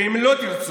ואם לא תרצו,